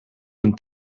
een